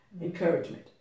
encouragement